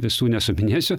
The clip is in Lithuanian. visų nesuminėsiu